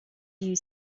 use